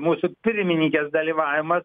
mūsų pirmininkės dalyvavimas